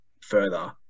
further